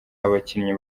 abakinnyi